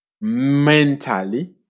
mentally